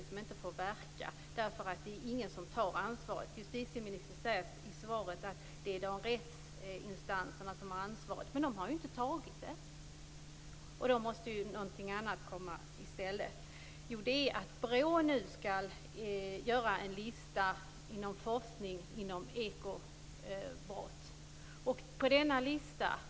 Utöver insatser av åklagarna och de poliser som har utbildning men som inte får verka därför att ingen tar ansvaret har regeringen nu en chans att se över hanteringen i och med att BRÅ nu skall göra en lista vad gäller forskning i fråga om ekobrott.